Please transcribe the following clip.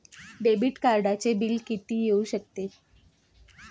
Debit कार्डचे bill किती येऊ शकते?